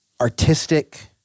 artistic